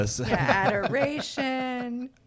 Adoration